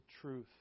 truth